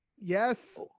Yes